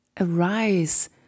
arise